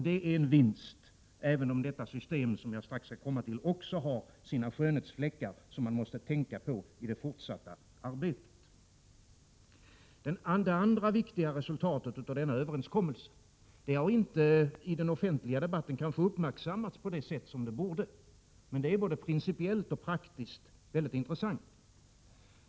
Det är en vinst, även om detta system — som jag strax skall komma till — också har sina skönhetsfläckar som man måste tänka på i det fortsatta arbetet. Det andra viktiga resultatet av denna överenskommelse har kanske inte uppmärksammats i den offentliga debatten på det sätt som det borde, men det är både principiellt och praktiskt väldigt intressant.